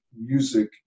music